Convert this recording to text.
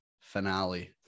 finale